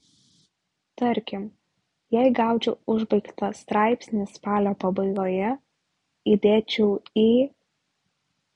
tarkim jei gaučiau užbaigtą straipsnį spalio pabaigoje įdėčiau į